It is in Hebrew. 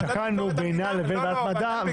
לא.